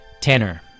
Tanner